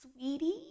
sweetie